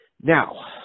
Now